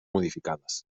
modificades